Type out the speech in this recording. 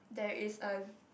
there is a